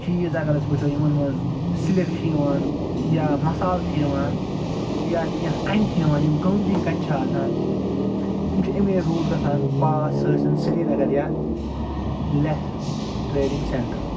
چیٖز اگر أسۍ وٕچھو یِمَن منٛز سِلِک چھِ یِوان یا مصالہٕ چھِ یِوان یا کیٚنٛہہ کَنہِ چھِ یِوان یِم قۭمتی کَنہِ چھِ آسان یِم چھِ اَمے روٗٹ گژھان پاس سُہ ٲسِن سرینگر یا لیہہ ٹرٛیڈِنٛگ سٮ۪نٛٹَر